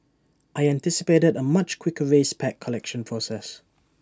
I anticipated A much quicker race pack collection process